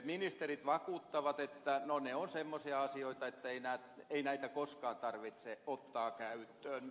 ministerit vakuuttavat että no ne on semmoisia asioita että ei näitä koskaan tarvitse ottaa käyttöön